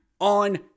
on